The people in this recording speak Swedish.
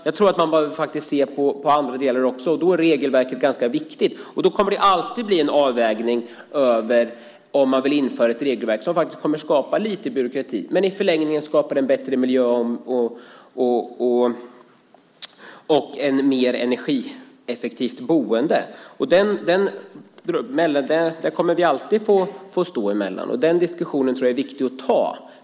Jag tror att man faktiskt får se på andra delar också. Då är regelverket ganska viktigt, och då kommer det alltid att bli en avvägning om man vill införa ett regelverk som skapar byråkrati men som i förlängningen skapar en bättre miljö och ett mer energieffektivt boende. Den avvägningen kommer alltid att finnas där, och den diskussionen tror jag är viktig att ta.